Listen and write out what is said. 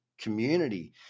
community